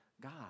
God